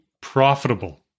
profitable